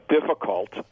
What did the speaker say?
difficult